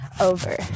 over